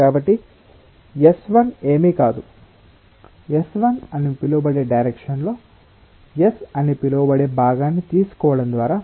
కాబట్టి S1 ఏమీ కాదు S1 అని పిలవబడే డైరెక్షన్ లో S అని పిలవబడే భాగాన్ని తీసుకోవడం ద్వారా Sn1